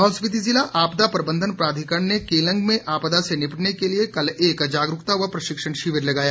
लाहौल स्पिति जिला आपदा प्रबंधन प्राधिकरण ने केलंग में आपदा से निपटने के लिए कल एक जागरूकता व प्रशिक्षण शिविर लगाया